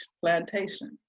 plantation